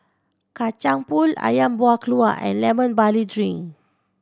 Kacang Pool Ayam Buah Keluak and Lemon Barley Drink